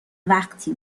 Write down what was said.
وقتی